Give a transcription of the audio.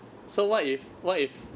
so what if what if